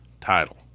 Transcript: title